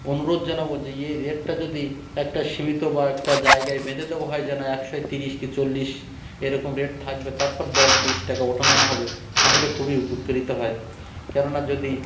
অনুরোধ জানাবো যে এই রেটটা যদি একটা সীমিত বা একটা জায়গায় বেঁধে দেওয়া হয় যেন একশোয় তিরিশ কি চল্লিশ এরকম রেট থাকবে তারপর দশ বিশ টাকা ওঠানামা হবে তাহলে খুবই উপকৃত হয় কেননা যদি